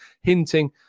hinting